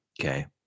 Okay